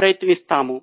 ప్రయత్నిస్తాము